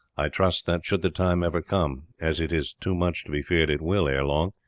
i trust that, should the time ever come, as it is too much to be feared it will ere long,